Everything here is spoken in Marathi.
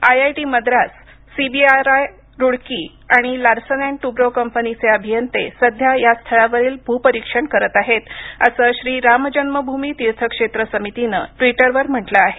I I T Madras CBRI Roorkee आणि लार्सन अंड टुब्रो कंपनीचे अभियंते सध्या या स्थळावरील भू परीक्षण करीत आहेत असं श्री राम जन्म भूमी तीर्थ क्षेत्र समितीनं ट्वीटरवर म्हटलं आहे